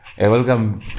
Welcome